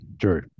True